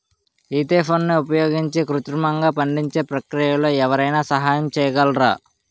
ఈథెఫోన్ని ఉపయోగించి కృత్రిమంగా పండించే ప్రక్రియలో ఎవరైనా సహాయం చేయగలరా?